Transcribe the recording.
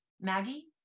Maggie